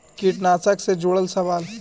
कीटनाशक से जुड़ल सवाल?